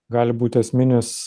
gali būti esminis